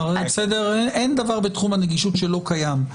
אין דבר בתחום הנגישות שלא קיים,